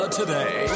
today